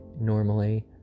normally